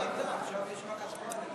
ההודעה כבר הייתה,